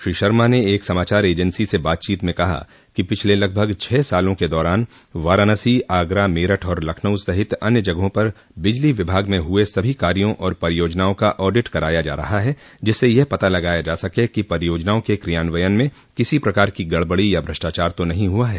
श्री शर्मा ने एक समाचार एजेंसी से बातचीत में कहा कि पिछले लगभग छः सालों के दौरान वाराणसी आगरा मेरठ और लखनऊ सहित अन्य जगहों पर बिजली विभाग में हये सभी कार्यों और परियोजनाओं का ऑडिट कराया जा रहा है जिससे यह पता लगाया जा सके कि परियोजनाओं के क्रियान्वयन में किसी प्रकार की गड़बड़ी या भ्रष्टाचार तो नहीं हुआ है